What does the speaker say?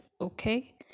Okay